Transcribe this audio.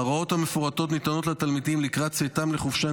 ההוראות המפורטות ניתנות לתלמידים לקראת צאתם לחופשה,